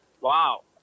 wow